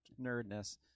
nerdness